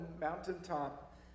mountaintop